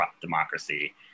democracy